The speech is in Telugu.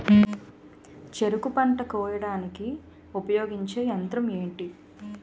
చెరుకు పంట కోయడానికి ఉపయోగించే యంత్రం ఎంటి?